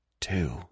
Two